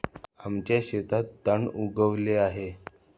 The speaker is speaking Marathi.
आमच्या शेतात तण उगवले आहे